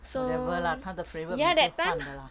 whatever lah 它的 favourite 每次换的 lah